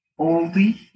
oldie